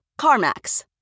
CarMax